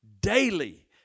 daily